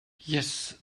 yes